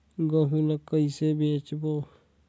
गहूं ला कइसे बेचबो?